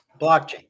blockchain